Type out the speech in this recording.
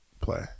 play